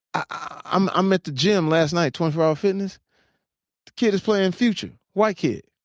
i'm i'm at the gym last night, twenty four hour fitness. the kid is playing future, white kid.